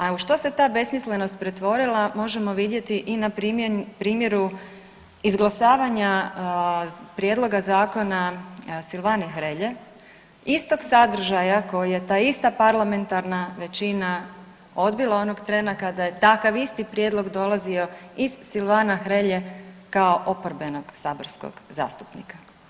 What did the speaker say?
A u što se ta besmislenost pretvorila možemo vidjeti i na primjeru izglasavanja prijedloga zakona Silvane Hrelje, istog sadržaja koji je ta ista parlamentarna većina odbila onog trena kada je takav isti prijedlog dolazio iz Silvana Hrelje kao oporbenog saborskog zastupnika.